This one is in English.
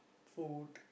food